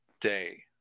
day